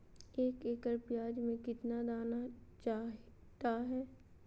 एक एकड़ प्याज में कितना दाना चाहता है?